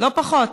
לא פחות,